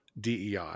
DEI